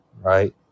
right